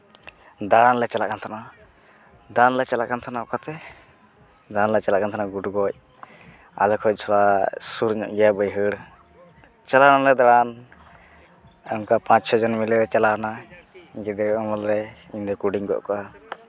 ᱫᱟᱬᱟᱱᱞᱮ ᱪᱟᱞᱟᱜ ᱠᱟᱱ ᱛᱟᱦᱮᱱᱟ ᱫᱟᱬᱟᱱ ᱞᱮ ᱪᱟᱞᱟᱜ ᱠᱟᱱ ᱛᱟᱦᱮᱱᱟ ᱚᱠᱟᱛᱮ ᱫᱟᱬᱟᱱ ᱞᱮ ᱪᱟᱞᱟᱜ ᱠᱟᱱ ᱛᱟᱦᱮᱱᱟ ᱜᱩᱰᱩ ᱜᱚᱡ ᱟᱞᱮ ᱠᱷᱚᱡ ᱛᱷᱚᱲᱟ ᱥᱩᱨ ᱧᱚᱜ ᱜᱮᱭᱟ ᱵᱟᱹᱭᱦᱟᱹᱲ ᱪᱟᱞᱟᱣ ᱱᱟᱞᱮ ᱫᱟᱬᱟᱱ ᱚᱱᱠᱟ ᱯᱟᱸᱪ ᱪᱷᱚ ᱡᱚᱱ ᱢᱤᱞᱮ ᱪᱟᱞᱟᱣᱱᱟ ᱜᱤᱫᱽᱨᱟᱹ ᱟᱢᱚᱞ ᱨᱮ ᱤᱧᱫᱚ ᱠᱩᱰᱤᱧ ᱜᱚᱜ ᱠᱟᱜᱼᱟ